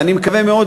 ואני מקווה מאוד,